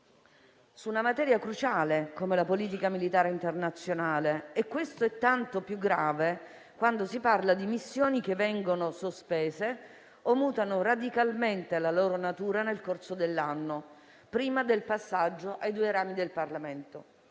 su una materia cruciale come la politica militare internazionale. E questo è tanto più grave quando si parla di missioni che vengono sospese, o mutano radicalmente la loro natura nel corso dell'anno prima del passaggio ai due rami del Parlamento.